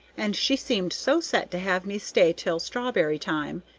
and she seemed so set to have me stay till strawberry-time,